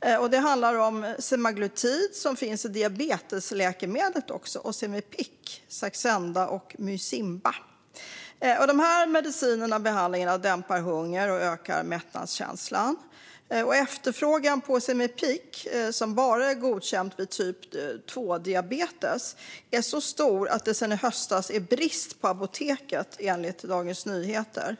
är bra. Det handlar om semaglutid som finns också i diabetesläkemedel och i Ozempic, Saxenda och Mysimba. Dessa mediciner och behandlingar dämpar hunger och ökar mättnadskänslan. Efterfrågan på Ozempic, som bara är godkänt vid typ 2-diabetes, är så stor att det sedan i höstas är brist på apoteken, enligt Dagens Nyheter.